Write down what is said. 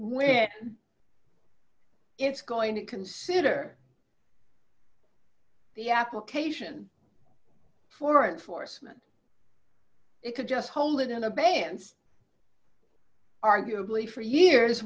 when it's going to consider the application foreign force meant it could just hold it in a benz arguably for years